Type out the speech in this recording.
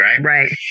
Right